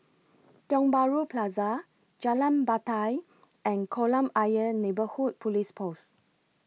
Tiong Bahru Plaza Jalan Batai and Kolam Ayer Neighbourhood Police Post